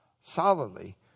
solidly